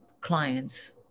clients